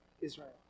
Israel